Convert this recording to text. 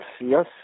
yes